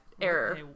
error